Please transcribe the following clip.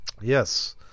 Yes